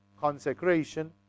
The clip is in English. consecration